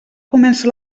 comença